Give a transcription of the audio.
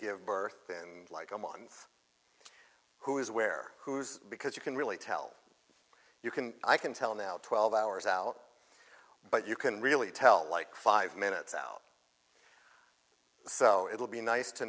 give birth in a month who is where who's because you can really tell you can i can tell now twelve hours out but you can really tell like five minutes out so it'll be nice to